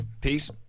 Pete